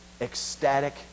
ecstatic